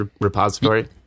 repository